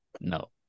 No